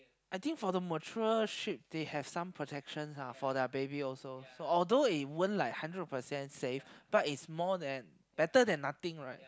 I think for the mature sheep they have some protections ah for their baby also so although it won't like hundred percent safe but it's more than better than nothing right